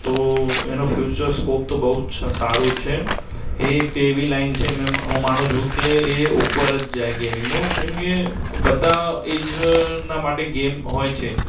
તો એનો future scope તો બહુ જ સારો છે એ એક એવી લાઇન છે કે મેં હું માનું છું કે એ ઉપર જ જાય ગેમિંગનો કેમ કે બધા એજના માટે ગેમ હોય છે